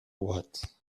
what